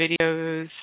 videos